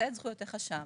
למצות את זכויותיו שם